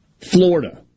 Florida